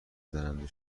زننده